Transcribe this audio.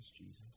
Jesus